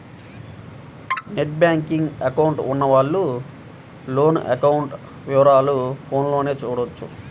net banking account ఉన్నవాళ్ళు loan account వివరాలను ఫోన్లోనే చూడొచ్చు